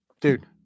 dude